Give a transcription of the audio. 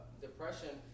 depression